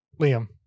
Liam